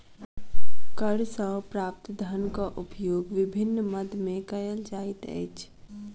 कर सॅ प्राप्त धनक उपयोग विभिन्न मद मे कयल जाइत अछि